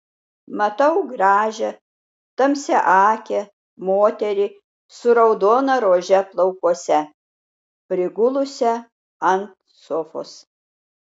matau gražią tamsiaakę moterį su raudona rože plaukuose prigulusią ant sofos